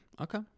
Okay